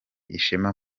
ishema